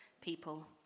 people